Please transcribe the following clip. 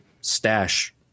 stash